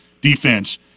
defense